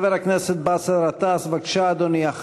חבר הכנסת באסל גטאס, בבקשה, אדוני.